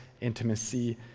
intimacy